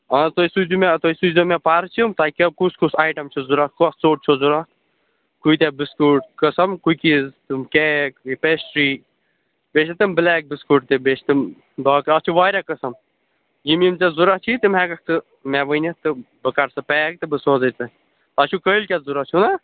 آہَن حظ تُہۍ سوٗزِو مےٚ تُہۍ سوٗزِو مےٚ پرچہٕ تۄہہِ کیٛاہ کُس کُس آیٹَم چھُ ضروٗرت کۄس ژوٚٹ چھَو ضروٗرت کۭتیاہ بِسکوٗٹ قٔسٕم کُکیٖز تِم کیک بیٚیہِ پیسٹری بیٚیہِ چھِ تِم بٔلیک بِسکوٗٹ تہٕ بیٚیہِ چھِ تِم باقٕے اَتھ چھِ واریاہ قٔسٕم یِم یِم ژےٚ ضروٗرت چھِی تِم ہٮ۪کَکھ ژٕ مےٚ ؤنِتھ تہٕ بہٕ کَرٕ سُہ پیک تہٕ بہٕ سوزٕے ژےٚ تۄہہِ چھُو کٲلۍکٮ۪تھ ضروٗرت چھُوٕ